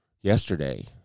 yesterday